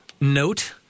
note